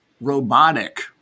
robotic